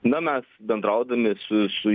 na mes bendraudami su su